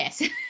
yes